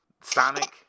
sonic